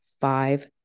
five